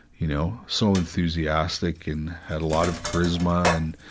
you know, so enthusiastic and had a lot of charisma, and,